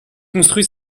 construit